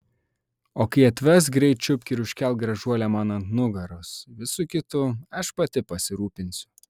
o kai atves greit čiupk ir užkelk gražuolę man ant nugaros visu kitu aš pati pasirūpinsiu